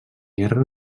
guerra